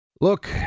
Look